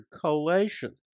collation